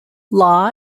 law